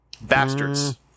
Bastards